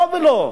לא ולא.